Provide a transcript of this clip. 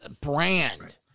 brand